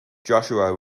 joshua